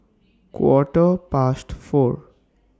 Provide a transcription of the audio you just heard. Quarter Past four